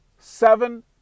Seven